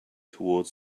toward